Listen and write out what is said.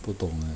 不懂 leh